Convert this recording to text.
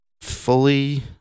fully